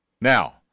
Now